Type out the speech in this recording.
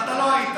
אתה לא היית.